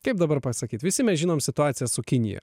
kaip dabar pasakyt visi mes žinom situaciją su kinija